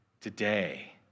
Today